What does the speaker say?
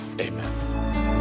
Amen